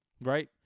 right